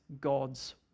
God's